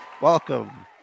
Welcome